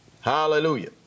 Hallelujah